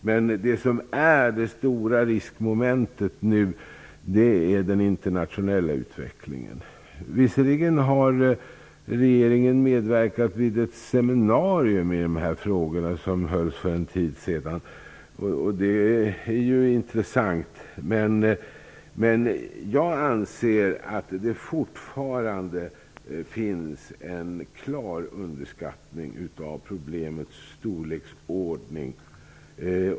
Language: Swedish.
Men det som är det stora riskmomentet nu är den internationella utvecklingen. Visserligen har regeringen medverkat vid ett seminarium i de här frågorna som hölls för en tid sedan, vilket är intressant, men jag anser att det fortfarande görs en klar underskattning av problemets storleksordning.